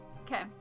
Okay